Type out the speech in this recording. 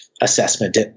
Assessment